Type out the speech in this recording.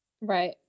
right